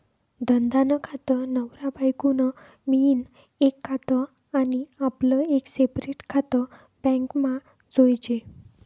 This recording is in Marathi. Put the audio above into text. धंदा नं खातं, नवरा बायको नं मियीन एक खातं आनी आपलं एक सेपरेट खातं बॅकमा जोयजे